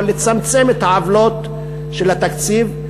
אבל לצמצם את העוולות של התקציב,